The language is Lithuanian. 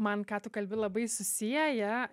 man ką tu kalbi labai susieja